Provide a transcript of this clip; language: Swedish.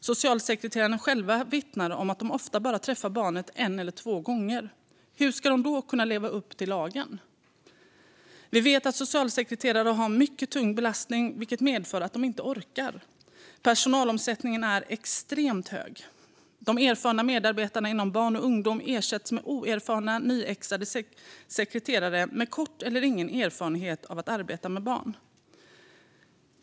Socialsekreterarna själva vittnar om att de ofta bara träffar barnet en eller två gånger. Hur ska de kunna leva upp till lagen? Vi vet att socialsekreterare har en mycket tung belastning, vilket medför att de inte orkar. Personalomsättningen är extremt hög. De erfarna medarbetarna inom barn och ungdom ersätts med oerfarna, nyexade sekreterare med kort eller ingen erfarenhet av att arbeta med barn.